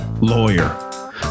lawyer